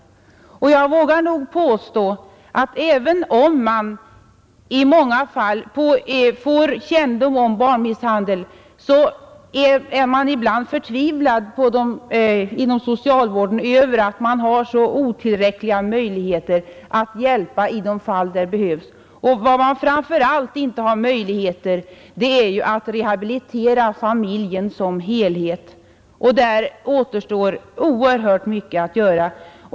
Och jag vågar nog påstå att även om man i många fall får kännedom om barnmisshandel, så är man ibland inom socialvården förtvivlad över att man har så otillräckliga möjligheter att hjälpa i de fall där det behövs. Vad man framför allt inte har möjligheter till är ju att rehabilitera familjen som helhet, och där återstår oerhört mycket att göra.